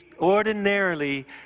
ordinarily